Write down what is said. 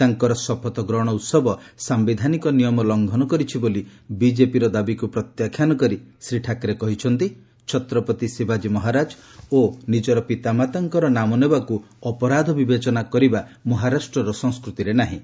ତାଙ୍କର ଶପଥଗ୍ରହଣ ଉତ୍ସବ ସାମ୍ବିଧାନିକ ନିୟମ ଲଙ୍ଘନ କରିଛି ବୋଲି ବିଜେପିର ଦାବିକୁ ପ୍ରତ୍ୟାଖ୍ୟାନ କରି ଶ୍ରୀ ଠାକରେ କହିଛନ୍ତି ଛତ୍ରପତି ଶିବାଜୀ ମହାରାଜ ଓ ନିଜର ପିତାମାତାଙ୍କର ନାମ ନେବାକୁ ଅପରାଧ ବିବେଚନା କରିବା ମହାରାଷ୍ଟ୍ରର ସଂସ୍କୃତିରେ ନାହିଁ